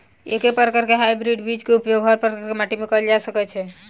एके प्रकार केँ हाइब्रिड बीज केँ उपयोग हर प्रकार केँ माटि मे कैल जा सकय छै?